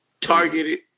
Targeted-